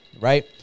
right